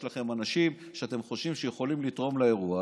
יש לכם אנשים שאתם חושבים שיכולים לתרום לאירוע,